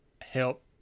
help